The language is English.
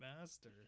master